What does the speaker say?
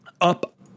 up